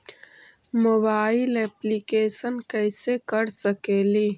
Mobile application कैसे कर सकेली?